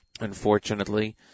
Unfortunately